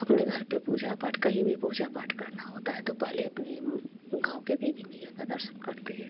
अपने घर पर पूजा पाठ कहीं भी पूजा पाठ करना होता है तो पहले अपनी गाँव के देवी मैया का दर्शन करते हैं